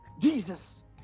Jesus